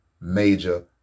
major